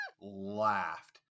laughed